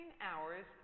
hours